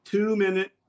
two-minute